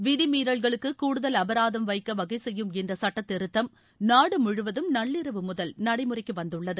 விதிமீறல்களுக்கு கூடுதல் அபராதம் வைக்க வகை செய்யும் இந்த சுட்ட திருத்தம் நாடு முழுவதும் நள்ளிரவு முதல் நடைமுறைக்கு வந்துள்ளது